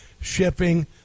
Shipping